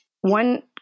One